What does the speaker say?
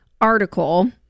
article